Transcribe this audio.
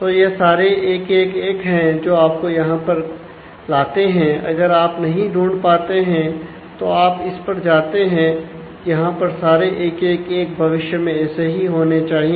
तो यह सारे 111 है जो आपको यहां पर लाते हैं अगर आप नहीं ढूंढ पाते हैं तो आप इस पर जाते हैं यहां पर सारे 111 भविष्य में ऐसे ही होने चाहिए